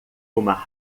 uma